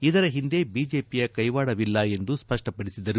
ಇದರ ಹಿಂದೆ ಬಿಜೆಪಿಯ ಕೈವಾಡವಿಲ್ಲ ಎಂದು ಸ್ಪಷ್ಟಪಡಿಸಿದರು